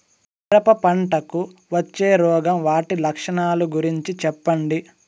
మిరప పంటకు వచ్చే రోగం వాటి లక్షణాలు గురించి చెప్పండి?